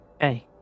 Hey